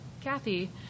Kathy